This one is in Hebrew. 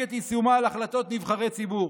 ולהחריג את יישומה על החלטות נבחרי ציבור.